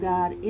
God